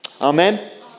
amen